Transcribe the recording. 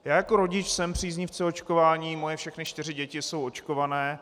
Já jako rodič jsem příznivcem očkování, moje všechny čtyři děti jsou očkované.